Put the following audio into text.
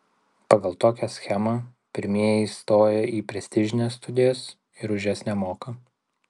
pagal tokią schemą pirmieji įstoja į prestižines studijas ir už jas nemoka